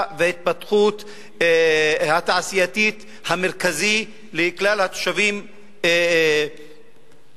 וההתפתחות התעשייתית המרכזי לכלל התושבים של לקיה,